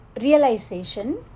realization